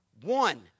One